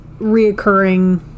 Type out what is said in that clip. reoccurring